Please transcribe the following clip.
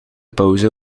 pauze